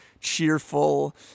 cheerful